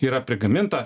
yra prigaminta